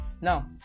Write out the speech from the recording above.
now